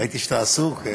ראיתי שאתה עסוק.